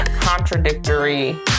contradictory